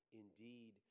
indeed